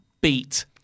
Beat